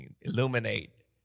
Illuminate